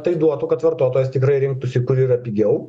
tai duotų kad vartotojas tikrai rinktųsi kur yra pigiau